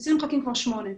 בסין מחכים כבר שמונה שעות.